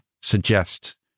suggest